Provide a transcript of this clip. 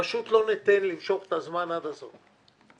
לא ניתן למשוך את הזמן עד הסוף.